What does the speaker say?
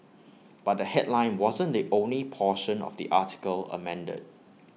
but the headline wasn't the only portion of the article amended